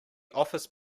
office